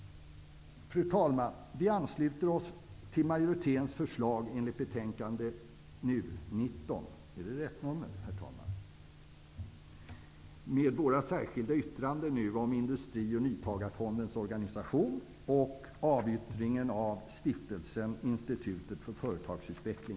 Herr talman! Vi ansluter oss till majoritetens förslag enligt betänkandet NU19, med våra särskilda yttranden om Industri och nyföretagarfondens organisation och avyttringen av Stiftelsen Institutet för företagsutveckling,